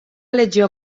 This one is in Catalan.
legió